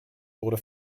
wurde